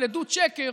של עדות שקר,